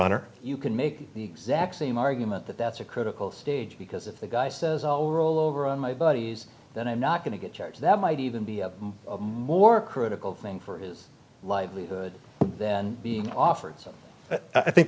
honor you can make the exact same argument that that's a critical stage because if the guy says roll over on my buddies that i'm not going to get charged that might even be more critical thing for his livelihood then being offered so i think